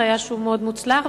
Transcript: שהיה מאוד מוצלח,